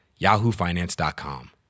yahoofinance.com